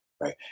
Right